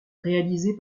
réalisé